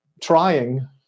trying